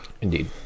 Indeed